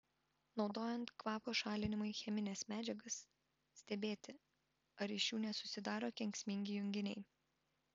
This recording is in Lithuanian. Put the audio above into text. naudojant kvapo šalinimui chemines medžiagas stebėti ar iš jų nesusidaro kenksmingi junginiai